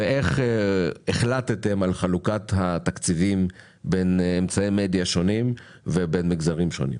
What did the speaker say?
ואיך החלטתם על חלוקת התקציבים בין אמצעי מדיה שונים ובמגזרים שונים.